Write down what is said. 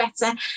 better